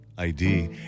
ID